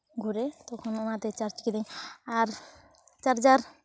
ᱜᱷᱩᱨᱮ ᱛᱚᱠᱷᱚᱱ ᱱᱚᱣᱟᱛᱮ ᱪᱟᱨᱡᱽ ᱠᱤᱫᱟᱹᱧ ᱟᱨ ᱪᱟᱨᱡᱟᱨ